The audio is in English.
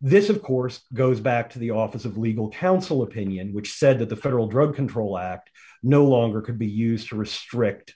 this of course goes back to the office of legal counsel opinion which said that the federal drug control act no longer could be used to restrict